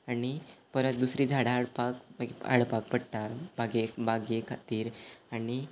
आनी परत दुसरीं झाडां हाडपाक मागी हाडपाक पडटा बागेक बागे खातीर आनी